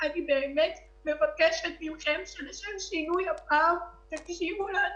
אני באמת מבקשת מכם לשם שינוי שהפעם תקשיבו לנו.